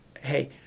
hey